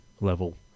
level